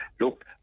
look